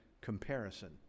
comparison